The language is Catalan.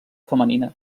femenina